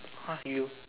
!huh! you